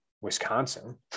Wisconsin